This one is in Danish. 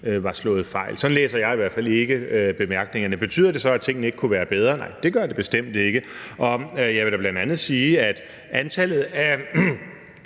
var slået fejl. Sådan læser jeg i hvert fald ikke bemærkningerne. Betyder det så, at tingene ikke kunne være bedre? Nej, det gør det bestemt ikke. Jeg vil da bl.a. sige, at antallet af